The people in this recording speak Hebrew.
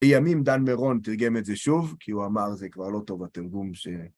לימים דן מירון תרגם את זה שוב, כי הוא אמר זה כבר לא טוב התרגום ש...